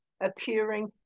appearing